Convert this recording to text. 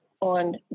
on